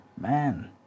man